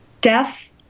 Death